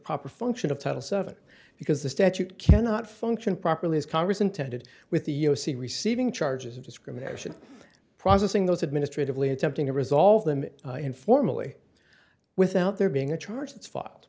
proper function of title seven because the statute cannot function properly as congress intended with the u s c receiving charges of discrimination processing those administratively attempting to resolve them informally without there being a charges f